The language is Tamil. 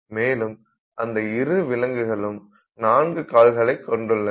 மேலும் அந்த இரு விலங்குகளும் நான்கு கால்களை கொண்டுள்ளது